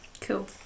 Cool